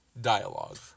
dialogue